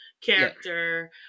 character